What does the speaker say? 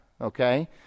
okay